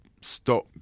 stop